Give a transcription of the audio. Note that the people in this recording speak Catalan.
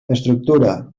estructura